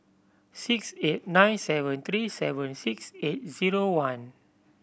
six eight nine seven three seven six eight zero one